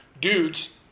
dudes